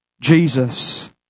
Jesus